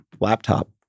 laptop